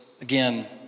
again